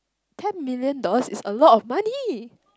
ten million dollars is a lot of money